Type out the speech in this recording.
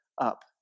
up